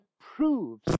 proves